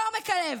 מעומק הלב.